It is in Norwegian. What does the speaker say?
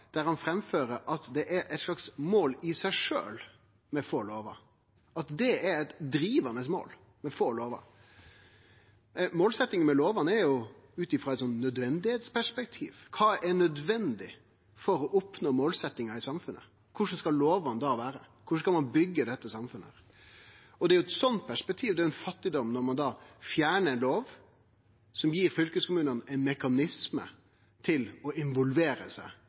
der han framfører at det er eit slags mål i seg sjølv med få lover – at det er eit drivande mål med få lover. Målsetjinga med lovene har eit nødvendigheitsperspektiv: Kva er nødvendig for å oppnå målsetjinga i samfunnet? Korleis skal lovene da vere? Korleis skal ein byggje dette samfunnet? Og det er i eit slikt perspektiv det er fattigdom når ein fjernar ei lov som gir fylkeskommunane ein mekanisme til å involvere seg